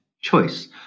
choice